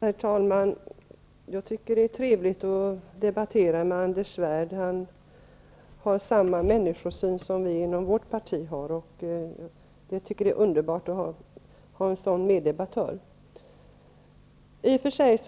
Herr talman! Jag tycker att det är trevligt att debattera med Anders Svärd. Han har samma människosyn som vi har inom vårt parti. Det är underbart att ha en sådan meddebattör. Vi är i och för sig